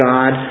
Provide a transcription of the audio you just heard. God